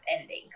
ending